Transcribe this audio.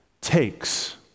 takes